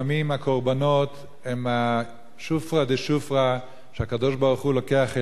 לפעמים הקורבנות הם השופרא דשופרא שהקדוש-ברוך-הוא לוקח אליו,